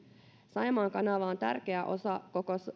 saimaan kanava on tärkeä osa